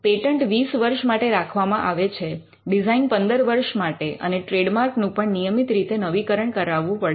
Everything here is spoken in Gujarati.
પેટન્ટ ની માન્યતા 20 વર્ષ માટે રાખવામાં આવે છે ડિઝાઇન 15 વર્ષ માટે અને ટ્રેડમાર્ક નું પણ નિયમિત રીતે નવીનીકરણ કરાવવું પડે છે